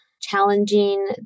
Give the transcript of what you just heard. challenging